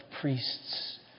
priests